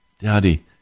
daddy